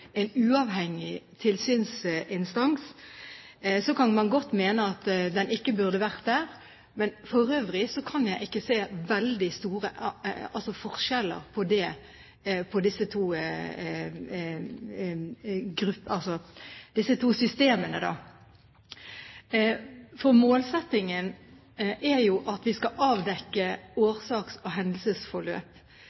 en del av foretakene, Helsetilsynet skal jo være en uavhengig tilsynsinstans. Så kan man godt mene at enheten ikke burde vært der, men for øvrig kan jeg ikke se veldig store forskjeller på disse to systemene. Målsettingen er jo at vi skal avdekke